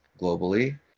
globally